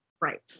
Right